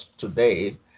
today